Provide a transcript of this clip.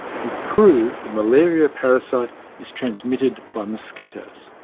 who proved the malaria parasite is transmitted by mosquitoes.